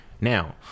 now